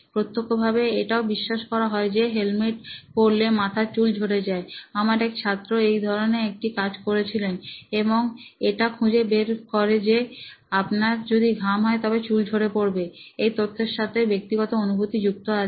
প্রত্যক্ষভাবে এটাও বিশ্বাস করা হয় যে হেলমেট পরলে মাথার চুল ঝরে যায় আমার এক ছাত্র এই ধরনের একটি কাজ করেছিলেন এবং এটা খুঁজে বের করে যে আপনার যদি ঘাম হয় তবে চুল ঝরে পড়বে এই তথ্যের সাথে ব্যক্তিগত অনুভূতি যুক্ত আছে